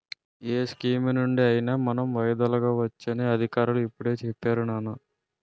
ఏ స్కీమునుండి అయినా మనం వైదొలగవచ్చు అని అధికారులు ఇప్పుడే చెప్పేరు నాన్నా